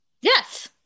yes